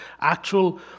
actual